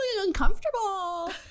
uncomfortable